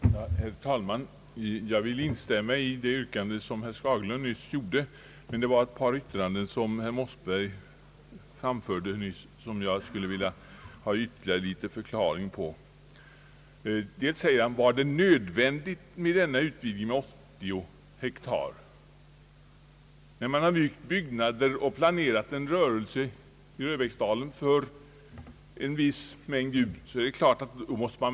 Herr talman! Jag vill instämma i det yrkande som herr Skagerlund nyss gjorde. Herr Mossberger gjorde emellertid ett par uttalanden, som jag skulle vilja ha en förklaring till. Han frågade om det verkligen var nödvändigt med denna utvidgning med 80 hektar. Sedan man uppfört byggnader och planerat rörelsen i Röbäcksdalen för ett visst antal djur måste man väl ändå skaffa erforderlig jord?